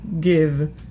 give